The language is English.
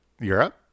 Europe